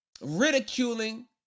ridiculing